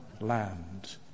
land